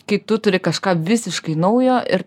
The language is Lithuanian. kai tu turi kažką visiškai naujo ir